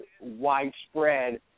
widespread